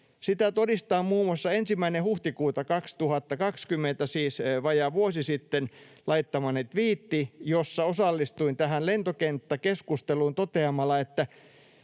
Sitä todistaa muun muassa 1. huhtikuuta 2020, siis vajaa vuosi sitten, laittamani tviitti, jossa osallistuin tähän lentokenttäkeskusteluun toteamalla, että